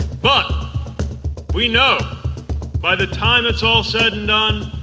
but we know by the time it's all said and done,